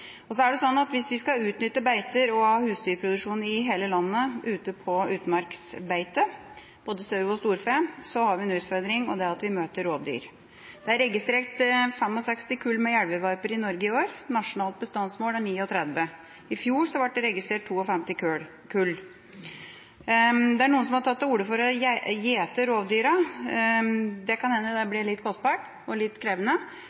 var så vidt inne på den i en tidligere replikk til Senterpartiets parlamentariske leder. Sånn som jeg har oppfattet Miljøpartiet De Grønne, ønsker de mer bruk av utmarksbeite enn det vi får til i dag. Hvis vi skal utnytte beiter og ha husdyrproduksjon på utmarksbeite i hele landet, både sau og storfe, har vi en utfordring, og det er at vi møter rovdyr. Det er registrert 65 kull med jervevalper i Norge i år, nasjonalt bestandsmål er 39. I fjor ble det registrert 52 kull. Det er noen som har tatt til